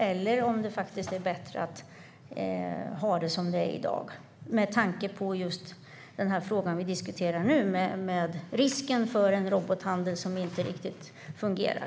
Eller är det bättre att ha det som i dag med tanke på den fråga vi diskuterar nu, det vill säga risken för en robothandel som inte riktigt fungerar?